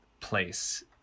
place